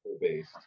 based